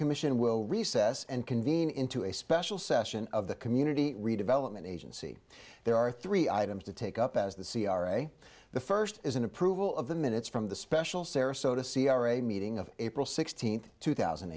commission will recess and convene into a special session of the community redevelopment agency there are three items to take up as the c r a the first is an approval of the minutes from the special sarasota c r a meeting of april sixteenth two thousand